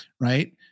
right